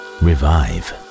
revive